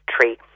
tree